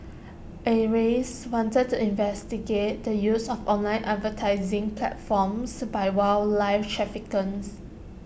acres wanted to investigate the use of online advertising platforms by wildlife traffickers